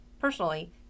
personally